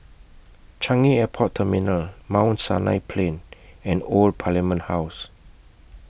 Changi Airport Terminal Mount Sinai Plain and Old Parliament House